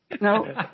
No